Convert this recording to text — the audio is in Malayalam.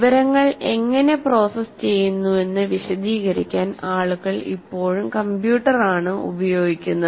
വിവരങ്ങൾ എങ്ങനെ പ്രോസസ്സ് ചെയ്യുന്നുവെന്ന് വിശദീകരിക്കാൻ ആളുകൾ ഇപ്പോഴും കമ്പ്യൂട്ടർ ആണ് ഉപയോഗിക്കുന്നത്